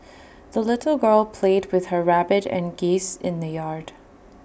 the little girl played with her rabbit and geese in the yard